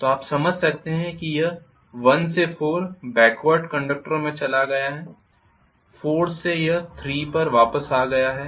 तो आप समझ सकते हैं कि यह 1 से 4 बेकवार्ड कंडक्टरों में चला गया है 4 से यह 3 पर वापस आ गया है